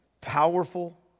powerful